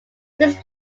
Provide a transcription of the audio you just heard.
since